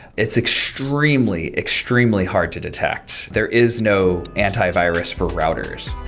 it's extremely, extremely hard to detect. there is no antivirus for routers